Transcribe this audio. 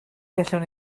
gallwn